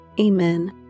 Amen